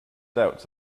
doubts